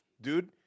dude